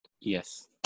Yes